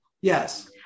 Yes